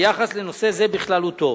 ביחס לנושא זה בכללותו.